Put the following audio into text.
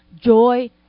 joy